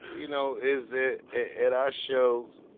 you know, is that at our shows,